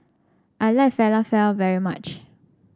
I like Falafel very much